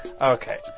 okay